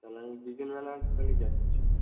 তাহলে আমি বিকেলবেলা তাহলে যাচ্ছি